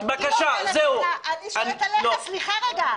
סליחה רגע.